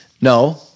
No